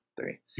Three